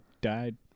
died